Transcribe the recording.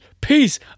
peace